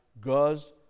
goes